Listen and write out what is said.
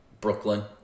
Brooklyn